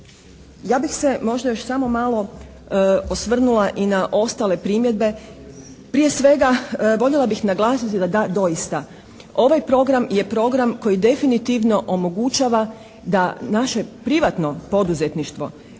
Ja bih se možda još samo malo osvrnula i na ostale primjedbe. Prije svega, voljela bih naglasiti da da, doista, ovaj program je program koji definitivno omogućava da naše privatno poduzetništvo